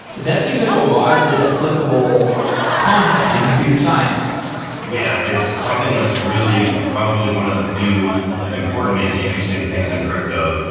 that seems like a widely applicable concept in computer science yeah. it's something that's really probably one of the few important and interesting things in crypto,